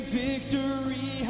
victory